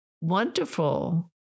wonderful